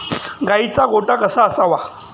गाईचा गोठा कसा असावा?